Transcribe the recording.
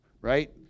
right